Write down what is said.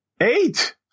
Eight